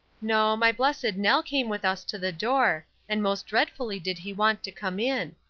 no my blessed nell came with us to the door, and most dreadfully did he want to come in.